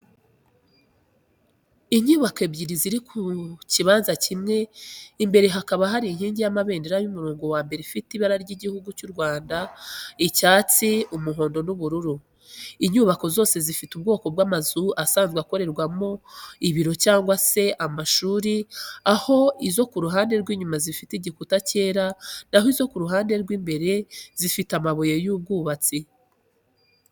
Inyubako ebyiri ziri ku kibanza kimwe imbere hakaba hari inkingi y’amabendera y’umurongo wa mbere ifite ibara ry’igihugu cy’u Rwanda icyatsi, umuhondo, n’ubururu. Inyubako zose zifite ubwoko bw’amazu asanzwe akorerwamo ibiro cyangwa amashuri aho izo ku ruhande rw’inyuma zifite igikuta cyera, naho izo ku ruhande rw’imbere zifite amabuye y’ubwubatsi.